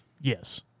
Yes